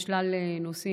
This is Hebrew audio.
יש שלל נושאים,